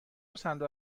صندوق